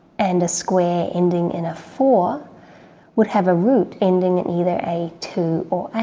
and a square ending in a four would have a root ending in either a two or